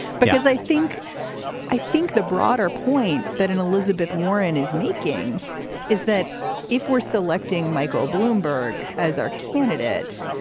because i think i think the broader point that an elizabeth warren is making is that if we're selecting michael bloomberg as our candidate,